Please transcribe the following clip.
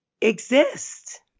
exist